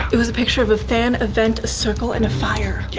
it was a picture of a fan, a vent a circle, and a fire. yeah,